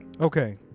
Okay